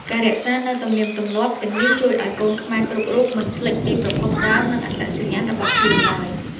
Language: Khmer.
ការរក្សានូវទំនៀមទម្លាប់ទាំងនេះជួយឱ្យកូនខ្មែរគ្រប់រូបមិនភ្លេចពីប្រភពដើម និងអត្តសញ្ញាណរបស់ខ្លួនឡើយ។